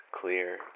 clear